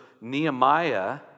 Nehemiah